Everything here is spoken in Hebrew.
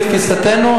לתפיסתנו,